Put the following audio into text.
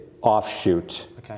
offshoot